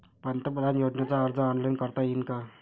पंतप्रधान योजनेचा अर्ज ऑनलाईन करता येईन का?